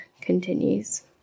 continues